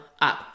up